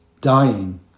Dying